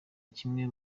kimwe